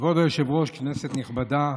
כבוד היושב-ראש, כנסת נכבדה,